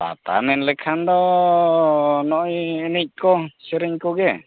ᱯᱟᱛᱟ ᱢᱮᱱ ᱞᱮᱠᱷᱟᱱ ᱫᱚ ᱱᱚᱜᱼᱚᱸᱭ ᱮᱱᱮᱡ ᱠᱚ ᱥᱮᱨᱮᱧ ᱠᱚᱜᱮ